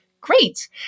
great